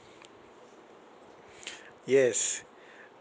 yes